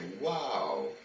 wow